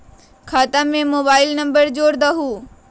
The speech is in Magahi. खाता में मोबाइल नंबर जोड़ दहु?